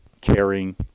caring